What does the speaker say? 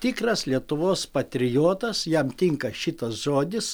tikras lietuvos patriotas jam tinka šitas žodis